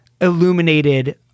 illuminated